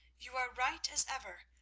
you are right, as ever!